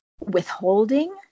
withholding